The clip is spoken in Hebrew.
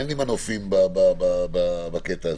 אין לי מנופים בקטע הזה.